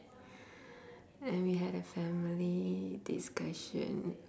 and we had a family discussion